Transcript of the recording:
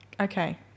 Okay